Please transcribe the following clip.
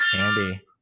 andy